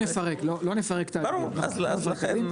לא נפרק את --- אז לכן,